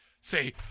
Say